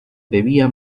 debía